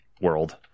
world